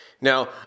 Now